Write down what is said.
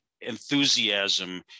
enthusiasm